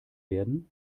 werden